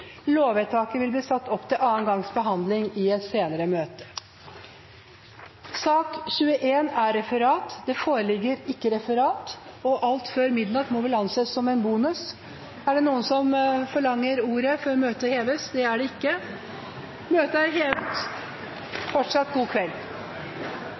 Lovvedtaket vil bli satt opp til andre gangs behandling i et senere møte i Stortinget. Det foreligger ikke noe referat. Alt før midnatt må vel anses som en bonus. Forlanger noen ordet før møtet heves? – Det er det ikke. Møtet er hevet.